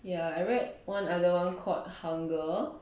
ya I read one other called hunger